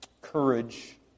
courage